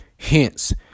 Hence